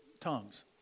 tongues